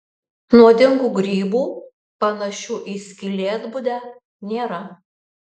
nuodingų grybų panašių į skylėtbudę nėra